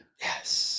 Yes